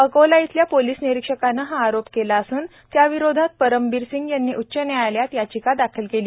अकोलाइथल्यापोलिसनिरीक्षकानेहाआरोपकेलाअसून त्याविरोधातपरमबीरसिंगयांनीउच्चन्यायालयातयाचिकादाखलकेली